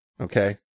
Okay